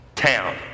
town